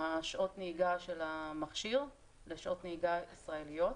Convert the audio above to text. שעות הנהיגה של המכשיר לשעות נהיגה ישראליות,